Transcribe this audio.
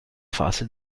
fase